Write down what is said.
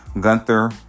Gunther